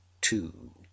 two